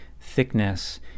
thickness